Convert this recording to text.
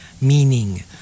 Meaning